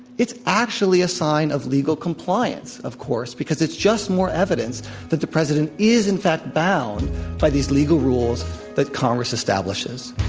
it's actually a sign of legal compliance of courts because it's just more evidence that the president is, in fact, bound by these legal rules that congress establishes.